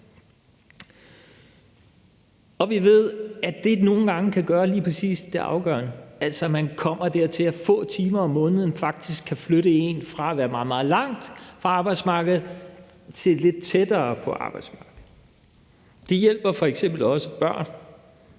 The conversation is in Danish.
og vi ved, at det nogle gange kan være lige præcis det afgørende, altså at man kommer dertil, at få timer om måneden faktisk kan flytte en fra at være meget, meget langt fra arbejdsmarkedet til lidt tættere på arbejdsmarkedet. Det hjælper f.eks. også børn